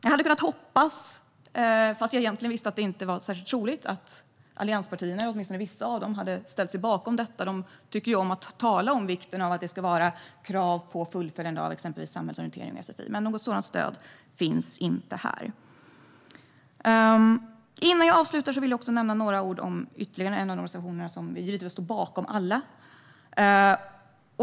Jag hade hoppats, fast jag egentligen visste att det inte var särskilt troligt, att åtminstone vissa av allianspartierna skulle ställa sig bakom detta. De tycker ju om att tala om vikten av krav på fullföljande av exempelvis samhällsorientering och sfi, men något sådant stöd finns inte här. Innan jag avslutar vill jag säga några ord om ytterligare en av våra reservationer, även om vi givetvis står bakom alla.